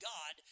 God